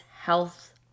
health